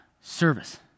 service